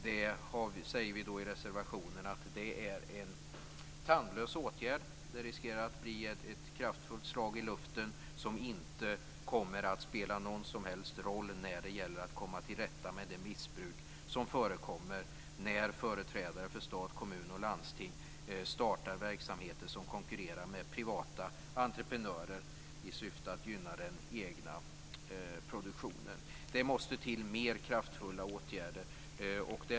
Vi säger i reservationen att detta är en tandlös åtgärd som riskerar att bli ett kraftfullt slag i luften som inte kommer att spela någon som helst roll när det gäller att komma till rätta med det missbruk som förekommer när företrädare för stat, kommun och landsting startar verksamheter som konkurrerar med privata entreprenörer i syfte att gynna den egna produktionen. Det måste till ytterligare kraftfulla åtgärder.